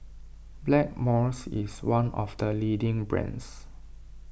Blackmores is one of the leading brands